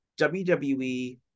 wwe